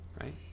right